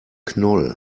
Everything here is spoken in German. knoll